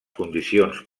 condicions